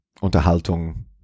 Unterhaltung